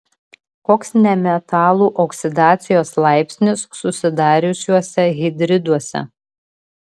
koks nemetalų oksidacijos laipsnis susidariusiuose hidriduose